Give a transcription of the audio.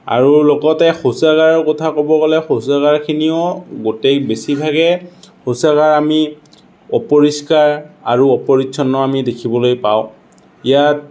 আৰু লগতে শৌচাগাৰৰ কথা ক'ব গ'লে শৌচাগাৰখিনিও গোটেই বেছিভাগে শৌচাগাৰ আমি অপৰিষ্কাৰ আৰু অপৰিচ্ছন্ন আমি দেখিবলৈ পাওঁ ইয়াত